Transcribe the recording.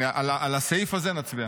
על הסעיף הזה נצביע.